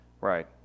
Right